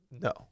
No